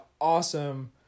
awesome